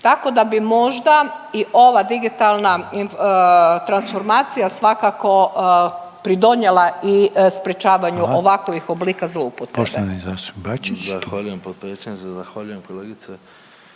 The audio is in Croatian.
Tako da bi možda i ova digitalna transformacija svakako pridonijela i sprječavanju …/Upadica Željko